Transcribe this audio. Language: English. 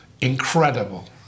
incredible